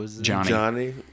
Johnny